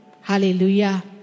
Hallelujah